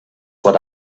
what